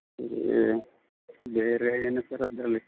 ಬೇರೇ ಬೇರೇ ಏನು ಸರ್ ಅದರಲ್ಲಿ